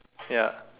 ya